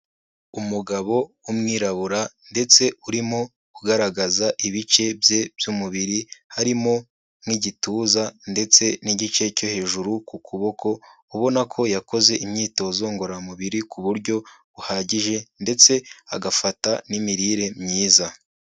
Umugabo w'umwirabura ndetse urimo ugaragaza ibice bye by'umubiri, harimo nk'igituza ndetse n'igice cyo hejuru ku kuboko, ubona ko yakoze imyitozo ngororamubiri ku buryo buhagije ndetse agafata n'imirire myiza.